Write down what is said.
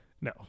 No